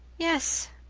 yes,